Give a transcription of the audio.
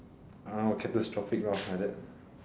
catastrophic lor like that